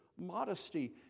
modesty